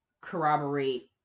corroborate